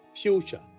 future